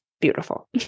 beautiful